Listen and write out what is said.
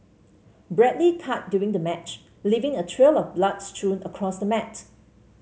badly cut during the match leaving a trail of blood strewn across the mat